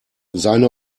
seine